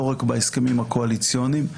לא רק בהסכמים הקואליציוניים,